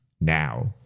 now